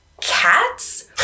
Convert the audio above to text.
cats